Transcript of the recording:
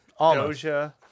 Doja